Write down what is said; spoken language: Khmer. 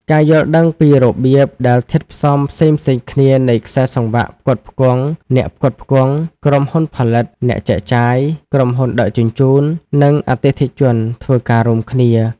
ការយល់ដឹងពីរបៀបដែលធាតុផ្សំផ្សេងៗគ្នានៃខ្សែសង្វាក់ផ្គត់ផ្គង់ អ្នកផ្គត់ផ្គង់ ក្រុមហ៊ុនផលិត អ្នកចែកចាយ ក្រុមហ៊ុនដឹកជញ្ជូន និងអតិថិជន ធ្វើការរួមគ្នា។